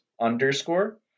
underscore